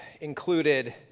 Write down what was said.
included